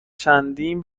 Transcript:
چندین